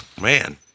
Man